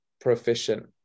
proficient